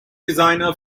designer